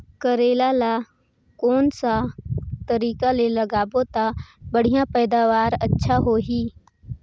करेला ला कोन सा तरीका ले लगाबो ता बढ़िया पैदावार अच्छा होही?